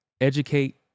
educate